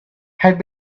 had